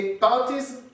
parties